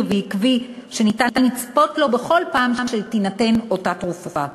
ועקבי שניתן לצפות לו בכל פעם שתינתן אותה תרופה.